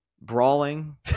brawling